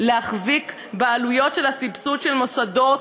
להחזיק בעלויות של הסבסוד של מוסדות